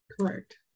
Correct